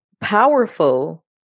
powerful